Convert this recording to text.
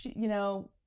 you know,